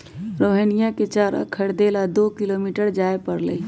रोहिणीया के चारा खरीदे ला दो किलोमीटर जाय पड़लय